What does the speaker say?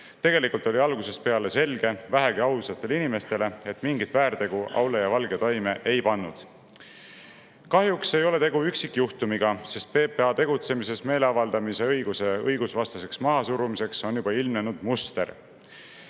Tegelikult oli algusest peale vähegi ausatele inimestele selge, et mingit väärtegu Aule ja Valge toime ei pannud. Kahjuks ei ole tegu üksikjuhtumiga, sest PPA tegutsemises meeleavaldamise õiguse õigusvastaseks mahasurumiseks on ilmnenud juba